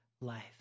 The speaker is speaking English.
life